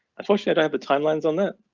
unfortunately, i have the timelines on that.